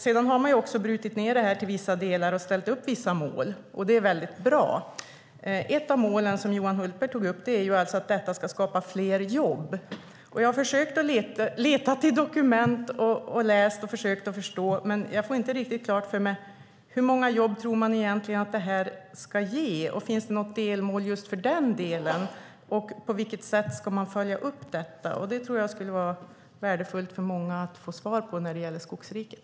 Sedan har man brutit ned det hela på detaljnivå och ställt upp vissa mål, och det är bra. Ett av de mål som Johan Hultberg tog upp är att detta ska skapa fler jobb. Jag har försökt leta i dokument och läsa och förstå, men jag får inte riktigt klart för mig hur många jobb man tror att det här ska ge. Finns det något delmål för just detta, och på vilket sätt ska man följa upp det? Det skulle vara värdefullt för många att få svar på detta när det gäller Skogsriket.